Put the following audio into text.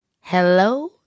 hello